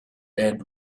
end